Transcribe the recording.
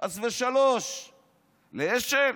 חס ושלוש, אשל?